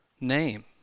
name